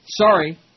Sorry